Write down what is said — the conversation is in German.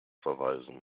verweisen